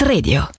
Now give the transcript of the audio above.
Radio